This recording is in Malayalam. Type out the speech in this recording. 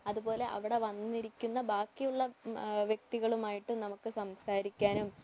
അതു പോലെ അവിടെ വന്നിരിക്കുന്ന ബാക്കിയുള്ള വ്യക്തികളുമായിട്ടും നമുക്ക് സംസാരിക്കാനും